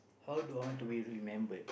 how do I want to be remembered